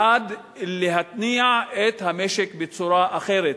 בעד להתניע את המשק בצורה אחרת,